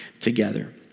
together